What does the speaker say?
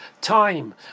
Time